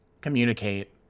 communicate